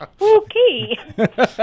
Okay